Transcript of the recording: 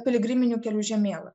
piligriminių kelių žemėlapį